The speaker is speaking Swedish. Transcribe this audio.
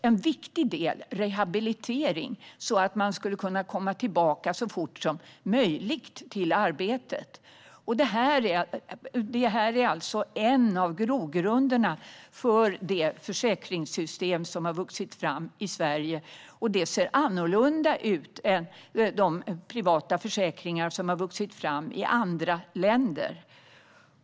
En viktig del var också rehabilitering, så att man skulle kunna komma tillbaka till arbetet så fort som möjligt. Detta är en av grogrunderna för det försäkringssystem som har vuxit fram i Sverige. Det ser annorlunda ut än de privata försäkringar som har vuxit fram i andra länder.